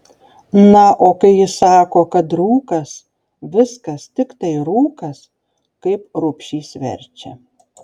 na o kai jis sako kad rūkas viskas tiktai rūkas kaip rubšys verčia